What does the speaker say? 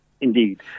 Indeed